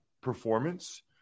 performance